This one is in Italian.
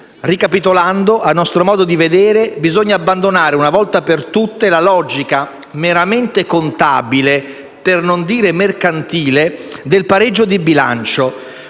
Ricapitolando - a nostro modo di vedere - bisogna abbandonare una volta per tutte la logica meramente contabile, per non dire mercantile, del pareggio di bilancio;